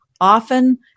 often